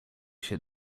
się